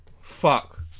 Fuck